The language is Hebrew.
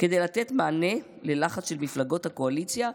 כדי לתת מענה ללחץ של מפלגות הקואליציה,